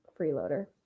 freeloader